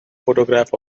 photograph